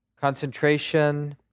Concentration